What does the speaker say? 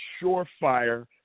surefire